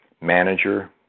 manager